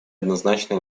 однозначно